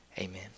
amen